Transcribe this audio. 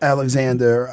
Alexander